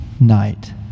Night